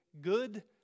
good